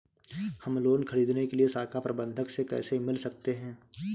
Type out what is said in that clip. हम लोन ख़रीदने के लिए शाखा प्रबंधक से कैसे मिल सकते हैं?